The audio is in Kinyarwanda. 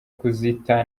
kuzita